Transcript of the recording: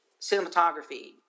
cinematography